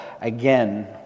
again